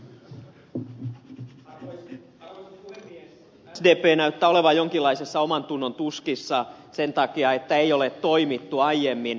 sdp näyttää olevan jonkinlaisissa omantunnontuskissa sen takia että ei ole toimittu aiemmin